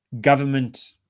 government